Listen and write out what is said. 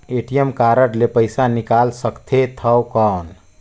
ATM card ले पइसा निकाल सकथे थव कौन?